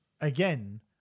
again